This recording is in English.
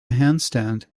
handstand